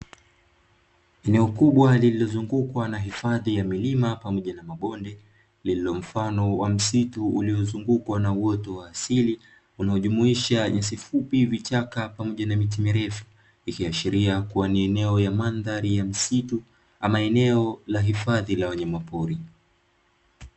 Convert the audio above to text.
Eneo kubwa liliozungukwa na hifadhi za milima pamoja na mabonde lililo mfano wa msitu uliozungukwa na uoto wa asili unaojumuisha nyasi fupi, vichaka pamoja na miti mirefu; ikiashiria kuwa ni eneo la mandhari ya msitu au eneo la wanyama pori.